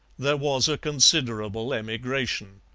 there was a considerable emigration.